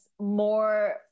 more